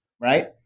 right